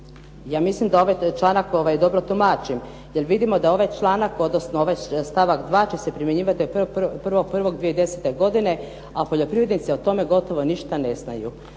Ja mislim da ovaj članak dobro tumačim jer vidimo da ovaj članak, odnosno ovaj stavak 2. će se primjenjivati 01.01.2010. godine, a poljoprivrednici o tome gotovo ništa ne znaju.